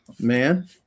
man